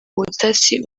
ubutasi